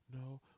No